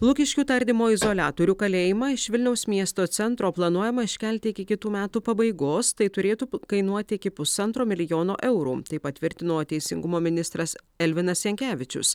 lukiškių tardymo izoliatorių kalėjimą iš vilniaus miesto centro planuojama iškelti iki kitų metų pabaigos tai turėtų kainuoti iki pusantro milijono eurų tai patvirtino teisingumo ministras elvinas jankevičius